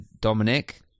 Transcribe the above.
Dominic